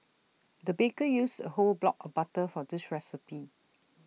the baker used A whole block of butter for this recipe